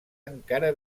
encara